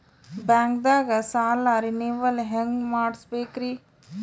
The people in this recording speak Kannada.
ಬ್ಯಾಂಕ್ದಾಗ ಸಾಲ ರೇನೆವಲ್ ಹೆಂಗ್ ಮಾಡ್ಸಬೇಕರಿ?